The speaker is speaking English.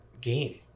game